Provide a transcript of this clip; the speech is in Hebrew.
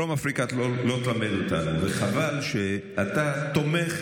אז דרום אפריקה לא תלמד אותנו, וחבל שאתה תומך